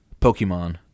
Pokemon